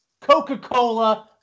Coca-Cola